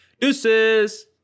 Deuces